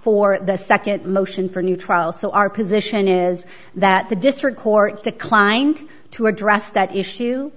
for the nd motion for new trial so our position is that the district court declined to address that issue